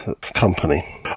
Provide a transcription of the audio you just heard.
company